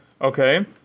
okay